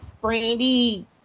Brandy